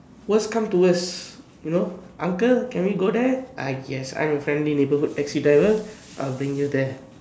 worse comes to worse you know uncle can we go there ah yes I'm your friendly neighbourhood taxi driver I'll bring you there